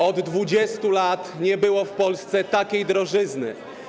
Od 20 lat nie było w Polsce takiej drożyzny.